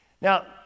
Now